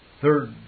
Third